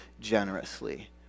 generously